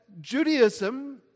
Judaism